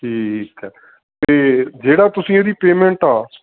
ਠੀਕ ਆ ਅਤੇ ਜਿਹੜਾ ਤੁਸੀਂ ਇਹਦੀ ਪੇਮੈਂਟ ਆ